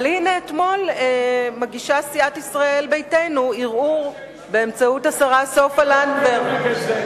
אבל הנה אתמול מגישה סיעת ישראל ביתנו ערעור באמצעות השרה סופה לנדבר.